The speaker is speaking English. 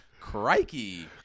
Crikey